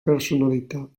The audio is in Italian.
personalità